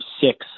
six